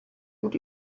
gut